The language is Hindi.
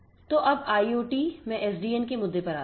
तो अब आइओटी में एसडीएन के मुद्दे पर आते हैं